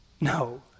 No